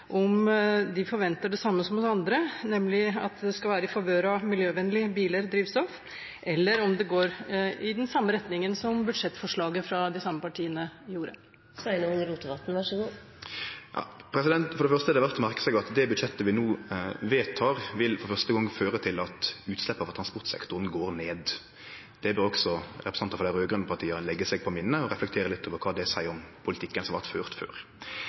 om de forventer det samme som oss andre, nemlig at det skal være i favør av miljøvennlige biler og drivstoff, eller om det går i den samme retningen som budsjettforslaget fra de samme partiene gjorde. For det første er det verdt å merke seg at det budsjettet vi no vedtek, vil for første gong føre til at utsleppa frå transportsektoren går ned. Det bør også representantar frå dei raud-grøne partia leggje seg på minne, og reflektere litt over kva det seier om politikken som vart ført før.